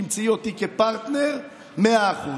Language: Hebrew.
תמצאי אותי כפרטנר ב-100%.